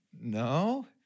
No